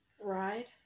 ride